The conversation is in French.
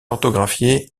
orthographié